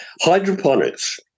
Hydroponics